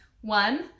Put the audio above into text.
one